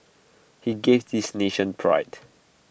he gave this nation pride